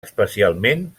especialment